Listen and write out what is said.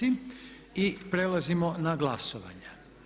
I prelazimo na glasovanja.